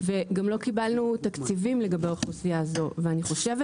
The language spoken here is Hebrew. וגם לא קיבלנו תקציבים לגבי האוכלוסייה הזו ואני חושבת